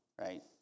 right